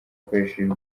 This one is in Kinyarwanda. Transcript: akoresheje